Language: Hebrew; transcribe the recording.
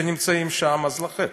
אז לכן,